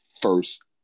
first